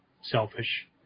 selfish